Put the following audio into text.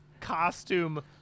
costume